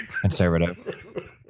conservative